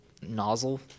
nozzle